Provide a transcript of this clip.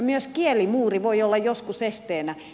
myös kielimuuri voi olla joskus esteenä